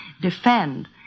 defend